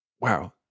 wow